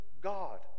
God